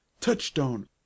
Touchstone